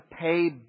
pay